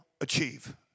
achieve